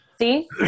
See